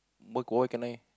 but got what K-nine